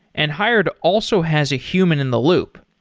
and hired also has a human in the loop.